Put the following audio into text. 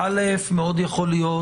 מאוד יכול להיות,